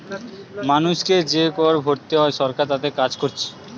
মানুষকে যে কর ভোরতে হয় সরকার তাতে কাজ কোরছে